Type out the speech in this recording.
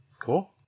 Cool